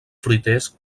fruiters